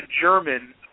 German